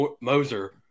Moser